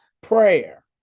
prayer